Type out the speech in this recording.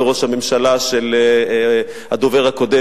וראש הממשלה של הדובר הקודם,